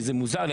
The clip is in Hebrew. כי זה מוזר לי,